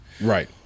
Right